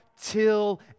till